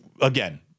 again